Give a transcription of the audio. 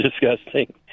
disgusting